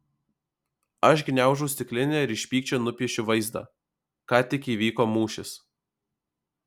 aš gniaužau stiklinę ir iš pykčio nupiešiu vaizdą ką tik įvyko mūšis